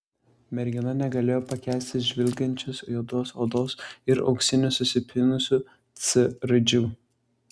mergina negalėjo pakęsti žvilgančios juodos odos ir auksinių susipynusių c raidžių